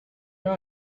your